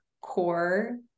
core